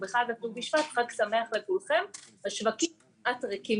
היום ט"ו בשבט ונכון לעכשיו השווקים כמעט ריקים